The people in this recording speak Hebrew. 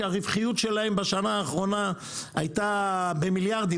שהרווחיות שלהם בשנה האחרונה הייתה במיליארדים